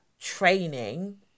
training